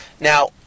Now